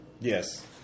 Yes